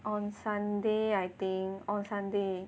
on Sunday I think on Sunday